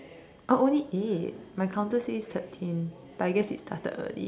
oh only eight my counter says thirteen I guess it stared early